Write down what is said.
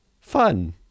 Fun